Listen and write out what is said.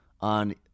on